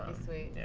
sweet. yeah